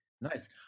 Nice